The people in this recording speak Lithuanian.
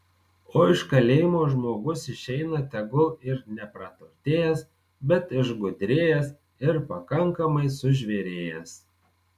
o iš kalėjimo žmogus išeina tegul ir nepraturtėjęs bet išgudrėjęs ir pakankamai sužvėrėjęs